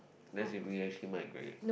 that's if we actually migrate